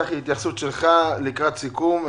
צחי, התייחסות שלך לקראת סיכום.